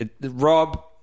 Rob